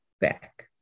back